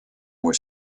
were